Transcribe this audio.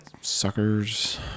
suckers